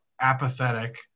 apathetic